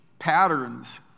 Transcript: patterns